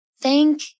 thank